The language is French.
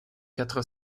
quatre